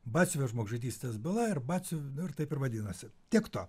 batsiuvio žmogžudystės byla ir batsiuvio dabar taip ir vadinasi tiek to